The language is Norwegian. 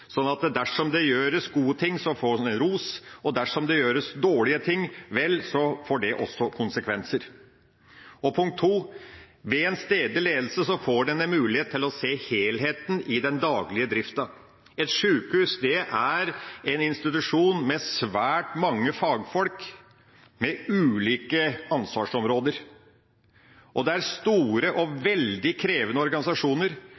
at dersom det gjøres gode ting, får en ros, og dersom det gjøres dårlige ting, får det også konsekvenser. Punkt to: Ved stedlig ledelse får man en mulighet til å se helheten i den daglige drifta. Et sjukehus er en institusjon med svært mange fagfolk med ulike ansvarsområder, og de er store og veldig krevende organisasjoner